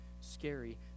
scary